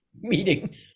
meeting